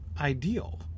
ideal